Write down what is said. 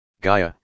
Gaia